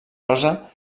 rosa